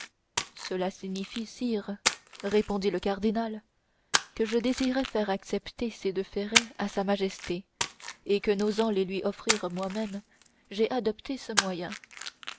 cela signifie sire répondit le cardinal que je désirais faire accepter ces deux ferrets à sa majesté et que n'osant les lui offrir moi-même j'ai adopté ce moyen